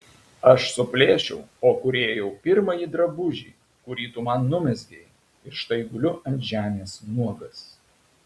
aš suplėšiau o kūrėjau pirmąjį drabužį kurį tu man numezgei iš štai guliu ant žemės nuogas